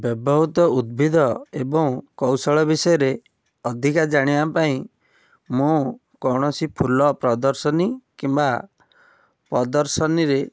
ବ୍ୟବହୃତ ଉଦ୍ଭିଦ ଏବଂ କୌଶଳ ବିଷୟରେ ଅଧିକା ଜାଣିବା ପାଇଁ ମୁଁ କୌଣସି ଫୁଲ ପ୍ରଦର୍ଶନୀ କିମ୍ବା ପ୍ରଦର୍ଶନୀରେ